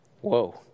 Whoa